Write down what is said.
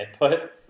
input